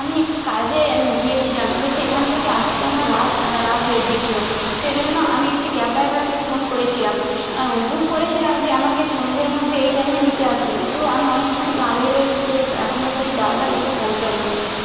আমি একটি কাজে গিয়েছিলাম তো সেখান থেকে আসতে আমার রাত রাত হয়ে গিয়েছিল সেইজন্য আমি একটি ক্যাব ড্রাইভারকে ফোন করেছিলাম বুক করেছিলাম যে আমাকে সন্ধের মধ্যে এই টাইমে নিতে আসবেন তো আমি অনেকক্ষণ দাঁড়িয়ে রয়েছি তো এখনও সেই ড্রাইভার এসে পৌঁছায়নি